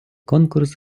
конкурс